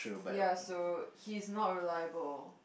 ya so he's not reliable